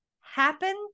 happen